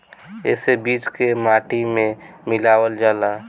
एसे बीज के माटी में मिलावल जाला